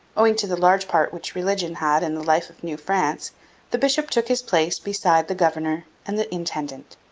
owing to the large part which religion had in the life of new france the bishop took his place beside the governor and the intendant.